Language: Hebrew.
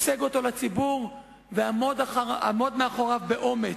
הצג אותו לציבור, ועמוד מאחוריו באומץ.